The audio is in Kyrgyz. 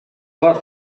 бар